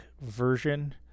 version